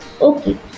Okay